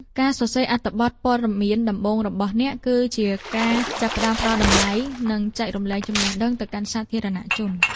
ការសរសេរអត្ថបទដំបូងរបស់អ្នក គឺជាការចាប់ផ្ដើមផ្ដល់តម្លៃ និងចែករំលែកចំណេះដឹងទៅកាន់សាធារណជន។